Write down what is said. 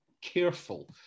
careful